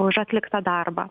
už atliktą darbą